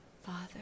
Father